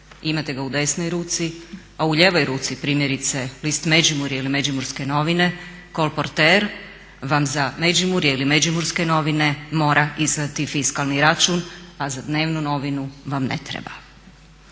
imate ga u desnoj ruci, a u lijevoj ruci primjerice list Međimurja ili međimurske novine, kolporter vam za Međimurje ili međimurske novine mora izdati fiskalni račun, a za dnevnu novinu vam ne treba.